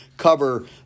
cover